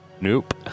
nope